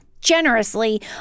generously